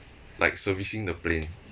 like servicing the plane